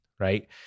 Right